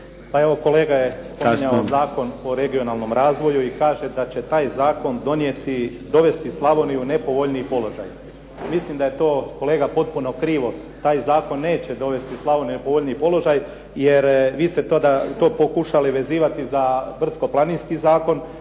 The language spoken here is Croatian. ne razumije./... Zakon o regionalnom razvoju i kaže da će taj zakon dovesti Slavoniju u nepovoljniji položaj. Mislim da je to kolega potpuno krivo. Taj zakon neće dovesti Slavoniju u nepovoljniji položaj, jer vi ste to pokušali vezivati za Brdsko-planinski zakon,